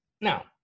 Now